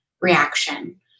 reaction